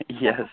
Yes